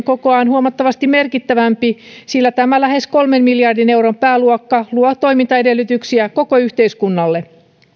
kokoaan huomattavasti merkittävämpi sillä tämä lähes kolmen miljardin euron pääluokka luo toimintaedellytyksiä koko yhteiskunnalle